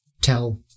tell